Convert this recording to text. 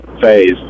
phase